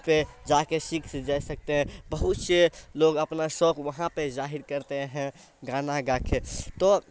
پہ جا کے سیکھ جا سکتے ہیں بہت سے لوگ اپنا شوق وہاں پہ ظاہر کرتے ہیں گانا گا کے تو